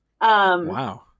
Wow